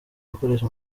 bakoresha